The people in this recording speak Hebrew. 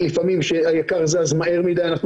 אני